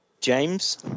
James